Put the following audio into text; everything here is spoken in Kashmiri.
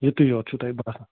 یُتُے یوت چھُو تۄہہِ باسان